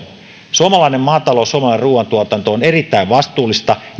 suomalainen maatalous suomalainen ruoantuotanto on erittäin vastuullista